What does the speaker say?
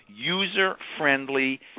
user-friendly